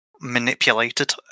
manipulated